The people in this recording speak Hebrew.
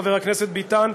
חבר הכנסת ביטן,